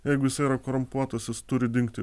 jeigu jisai yra korumpuotas jis turi dingti